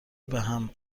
بهم